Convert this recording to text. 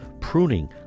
pruning